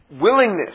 willingness